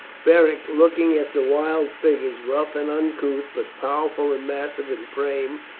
beric, looking at the wild figures, rough and uncouth but powerful and massive in frame,